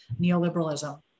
neoliberalism